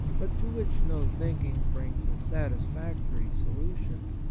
but to which no thinking brings a satisfactory solution.